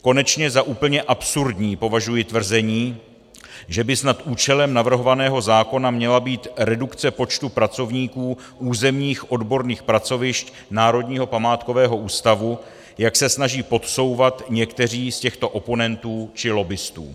Konečně za úplně absurdní považuji tvrzení, že by snad účelem navrhovaného zákona měla být redukce počtu pracovníků územních odborných pracovišť Národního památkového ústavu, jak se snaží podsouvat někteří z těchto oponentů či lobbistů.